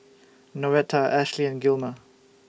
Noretta Ashli and Gilmer